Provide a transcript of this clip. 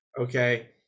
Okay